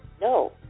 No